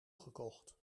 gekocht